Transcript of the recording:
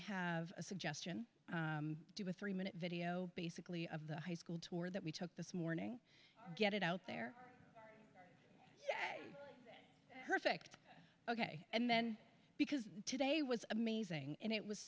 have a suggestion do with three minute video basically of the high school tour that we took this morning get it out there perfect ok and then because today was amazing and it was